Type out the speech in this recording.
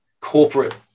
corporate